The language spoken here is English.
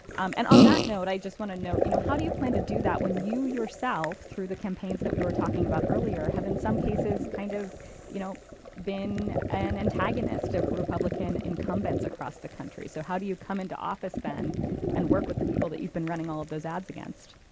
and on that note, i just want to note, you know how do you plan to do that when you yourself, through the campaigns that we were talking about earlier, have in some cases kind of you know been an antagonist of republican incumbents across the country? so how do you come into office then and work with the people that you've been running all of those ads against?